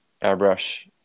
airbrush